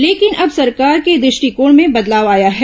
लेकिन अब सरकार के दृष्टिकोण में बदलाव आया है